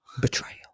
Betrayal